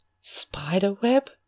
spiderweb